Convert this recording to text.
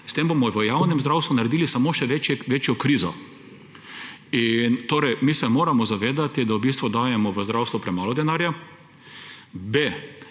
S tem bomo v javnem zdravstvu naredili samo še večjo krizo. Mi se moramo zavedati, da v bistvu dajemo v zdravstvo premalo denarja.